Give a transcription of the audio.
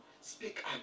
speak